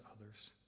others